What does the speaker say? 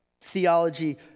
theology